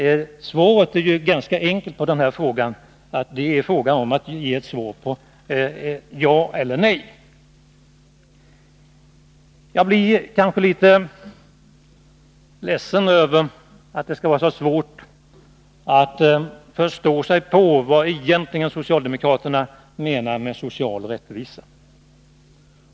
Det borde vara enkelt att besvara den frågan med ett ja eller ett nej. Det är litet ledsamt att det skall vara så svårt att förstå vad socialdemokraterna egentligen menar med social rättvisa.